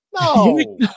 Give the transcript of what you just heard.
No